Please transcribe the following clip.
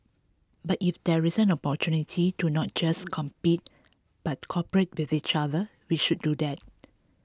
but if there is an opportunity to not just compete but cooperate with each other we should do that